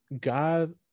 God